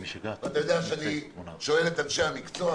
ואתה יודע שאני שואל את אנשי המקצוע,